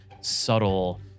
subtle